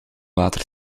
water